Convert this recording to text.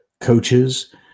coaches